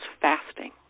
fasting